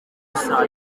gusa